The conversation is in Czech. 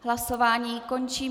Hlasování končím.